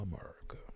America